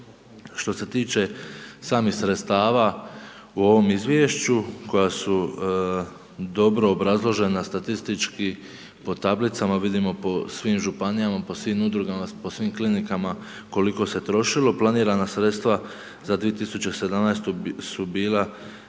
Što se tiče samih sredstava u ovom izvješću koja su dobro obrazložena statistički po tablicama, vidimo po svim županijama, po svim udrugama, po svim klinikama koliko se trošilo, planirana sredstva za 2017. su bila